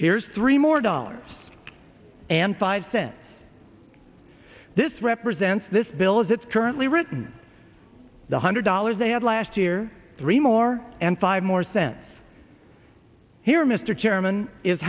here's three more dollars and five cents this represent since this bill as it's currently written the hundred dollars they had last year three more and five more sense here mr chairman is